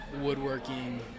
woodworking